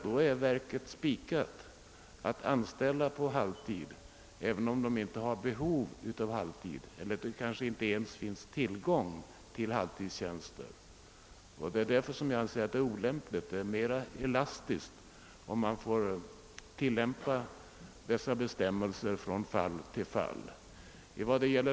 Då är verket också tvingat att anställa på halvtid, även om det inte har behov av sådana tjänster eller det ens finns tillgång till personal för desamma. Det är därför jag anser att det är olämpligt. Det ger större elasticitet om man får tillämpa dessa bestämmelser från fall till fall.